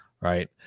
Right